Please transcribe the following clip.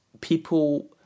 people